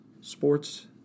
sports